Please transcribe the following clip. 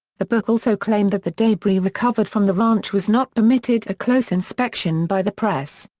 the book also claimed that the debris recovered from the ranch was not permitted a close inspection by the press.